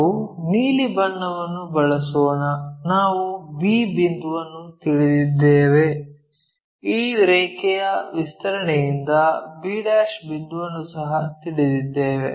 ನಾವು ನೀಲಿ ಬಣ್ಣವನ್ನು ಬಳಸೋಣ ನಾವು b ಬಿಂದುವನ್ನು ತಿಳಿದಿದ್ದೇವೆ ಈ ರೇಖೆಯ ವಿಸ್ತರಣೆಯಿಂದ b ಬಿಂದುವನ್ನು ಸಹ ತಿಳಿದಿದ್ದೇವೆ